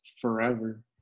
forever